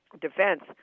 defense